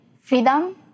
freedom